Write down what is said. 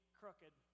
crooked